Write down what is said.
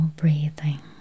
breathing